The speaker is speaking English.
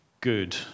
good